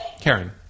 Karen